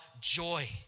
joy